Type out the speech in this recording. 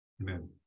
Amen